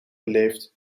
beleefd